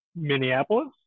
Minneapolis